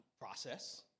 process